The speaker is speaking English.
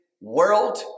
world